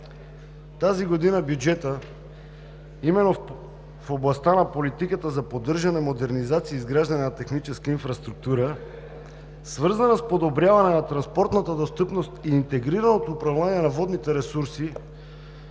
тази година бюджетът именно в областта на Политиката за поддържане, модернизация и изграждане на техническа инфраструктура, свързана с подобряване на транспортната достъпност и интегрираното управление на водните ресурси,